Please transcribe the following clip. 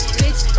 bitch